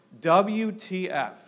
WTF